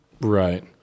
Right